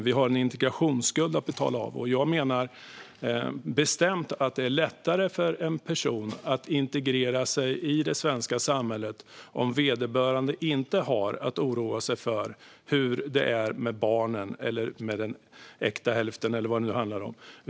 Vi har en integrationsskuld att betala av, och jag menar bestämt att det är lättare för en person att integreras i det svenska samhället om vederbörande inte har att oroa sig för hur det är med barnen, den äkta hälften eller vem det nu handlar om.